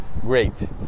great